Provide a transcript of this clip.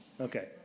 Okay